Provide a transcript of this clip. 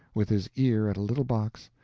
with his ear at a little box,